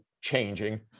changing